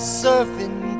surfing